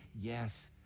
yes